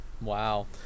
Wow